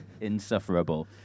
insufferable